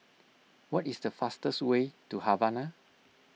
what is the fastest way to Havana